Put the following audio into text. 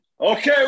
Okay